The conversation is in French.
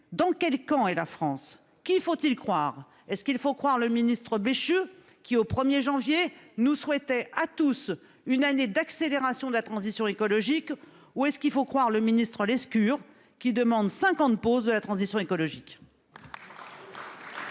Dans quel camp et la France qui faut-il croire. Et ce qu'il faut croire le ministre Béchu qui au 1er janvier nous souhaiter à tous une année d'accélération de la transition écologique ou est-ce qu'il faut croire le ministre-Lescure qu'il demande 50 postes de la transition écologique.